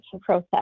process